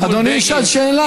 אדוני ישאל שאלה,